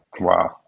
Wow